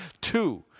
Two